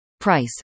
Price